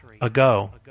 ago